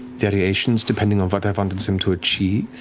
variations, depending on what i wanted them to achieve.